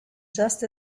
just